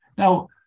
Now